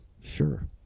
Sure